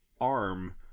arm